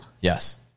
Yes